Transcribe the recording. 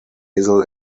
hazel